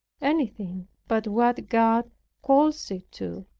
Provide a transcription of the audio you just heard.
anything but what god calls it to.